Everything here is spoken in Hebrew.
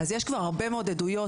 אז יש כבר הרבה מאוד עדויות.